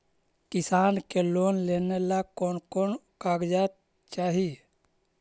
किसान के लोन लेने ला कोन कोन कागजात चाही?